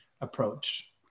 approach